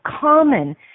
common